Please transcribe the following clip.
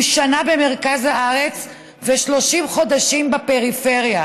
שנה במרכז הארץ ו-30 חודשים בפריפריה.